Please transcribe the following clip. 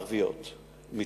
ערביות זה יפה.